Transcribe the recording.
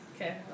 okay